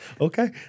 Okay